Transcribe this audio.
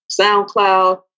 SoundCloud